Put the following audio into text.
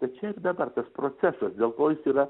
čia ir dabar tas procesas dėl ko jis yra